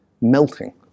melting